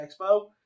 Expo